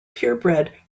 purebred